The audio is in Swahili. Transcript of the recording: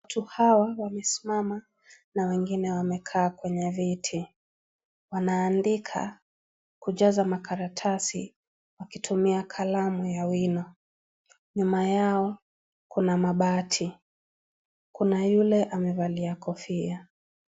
Watu hawa wamesimama na wengine wamekaa kwenye viti, wanaandika kujaza makaratasi wakitumia kalamu ya wino, nyuma yao kuna mabati, kuna yule amevalia kofia.